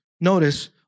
notice